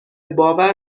باور